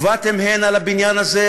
ובאתם הנה לבניין הזה,